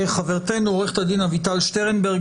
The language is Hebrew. אחריו עורך הדין נרוב,